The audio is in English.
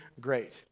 great